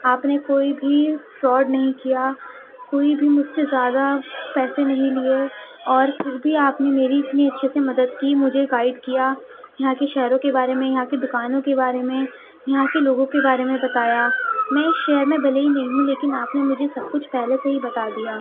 آپ نے کوئی بھی فراڈ نہیں کیا کوئی بھی مجھ سے زیادہ پیسے نہیں لیے اور پھر بھی آپ نے میری اتنی اچھے سے مدد کی مجھے گائیڈ کیا یہاں کی شہروں کے بارے میں یہاں کی دکانوں کے بارے میں یہاں کے لوگوں کے بارے میں بتایا میں اس شہر میں بھلے ہی نئی ہوں لیکن آپ نے مجھے سب کچھ پہلے سے ہی بتا دیا